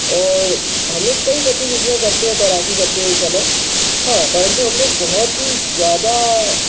और हम लोग कई गतिविधियाँ करते हैं तैराकी करते समय हाँ परंतु हम लोग बहुत ही ज़्यादा